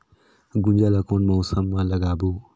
गुनजा ला कोन मौसम मा लगाबो?